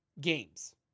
games